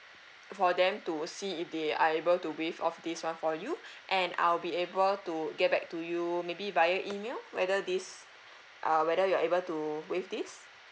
for them to see if they are able to waive off this one for you and I'll be able to get back to you maybe via email whether this uh whether you're able to waive this